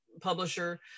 publisher